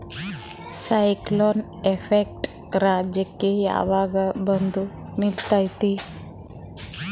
Cyclone effect ರಾಜ್ಯಕ್ಕೆ ಯಾವಾಗ ಬಂದ ನಿಲ್ಲತೈತಿ?